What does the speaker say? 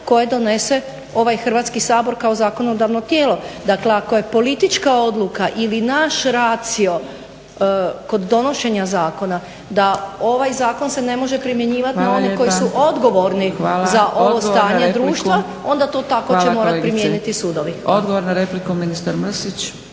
koje donese ovaj Hrvatski sabor kao zakonodavno tijelo. Dakle ako je politička odluka ili naš ratio kod donošenja zakona da ovaj zakon se ne može primjenjivati na one koji su odgovorni za ovo stanje društva onda to tako će morat primijenit sudovi. Hvala.